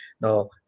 now